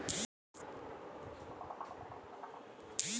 এই সপ্তাহের এক কুইন্টাল ধানের গর দর কত কি করে জানবো?